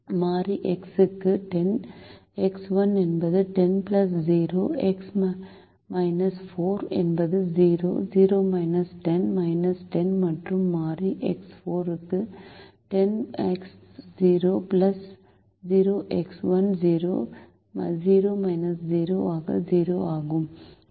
மாறி X3 க்கு 10x1 என்பது 10 0 x 4 என்பது 0 0 10 10 மற்றும் மாறி X4 க்கு 0 0 ஆகும்